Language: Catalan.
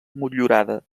motllurada